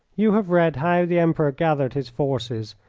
you have read how the emperor gathered his forces,